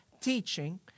teaching